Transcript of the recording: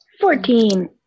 Fourteen